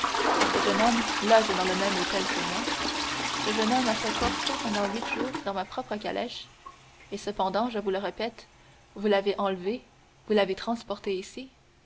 ce jeune homme loge dans le même hôtel que moi ce jeune homme a fait corso pendant huit jours dans ma propre calèche et cependant je vous le répète vous l'avez enlevé vous l'avez transporté ici